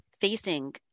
facing